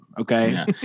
okay